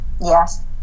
Yes